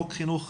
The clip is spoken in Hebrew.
חוק חינוך